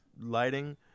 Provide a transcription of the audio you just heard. lighting